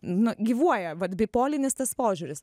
nu gyvuoja vat bipolinis tas požiūris